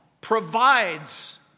provides